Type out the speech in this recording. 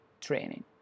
training